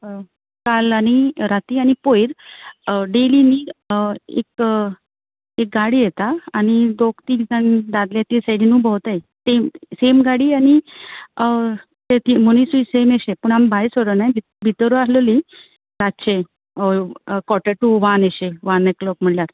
काल आनी राती आनी पयर डेली न्ही एक एक गाडी येता आनी दोन तीग जाण दादले ते सायडीनू भोंवताय ते सेम गाडी आनी ते तीन मनीसूय सेम अशे पूण आमी भायर सोरोनाय भित भितोरूं आसलेलीं रातचें हय कॉट टू वन एशें वन अ क्लॉक म्हळ्ळ्यार